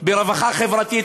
ברווחה חברתית,